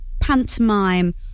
pantomime